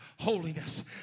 holiness